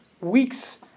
weeks